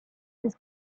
his